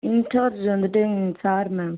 incharge வந்துவிட்டு sir ma'am